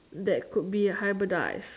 that could be hybridized